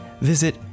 visit